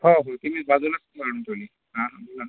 हो हो ते मी बाजूलाच काढून ठेवली हा हा